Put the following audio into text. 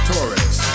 Torres